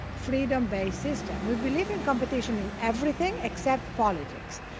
freedombased system. we believe in competition in everything except politics.